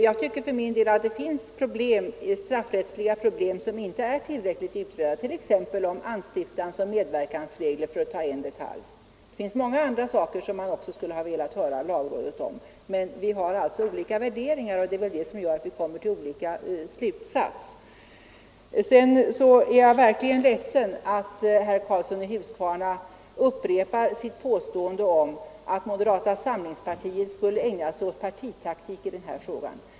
Jag tycker för min del att det finns straffrättsliga problem som inte är tillräckligt utredda — t.ex. frågan om anstiftansoch medverkansregler, för att ta en detalj. Många andra saker skulle man också ha velat höra lagrådet om. Men vi har alltså olika värderingar, och det är väl det som gör att vi drar olika slutsatser. Jag är verkligen ledsen över att herr Karlsson i Huskvarna upprepar sitt påstående att moderata samlingspartiet skulle ägna sig åt partitaktik i den här frågan.